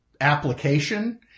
application